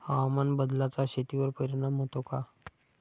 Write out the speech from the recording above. हवामान बदलाचा शेतीवर परिणाम होतो का?